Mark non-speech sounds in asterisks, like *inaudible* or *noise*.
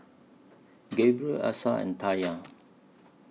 *noise* Gabriel Asa and *noise* Tayla